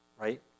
Right